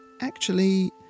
Actually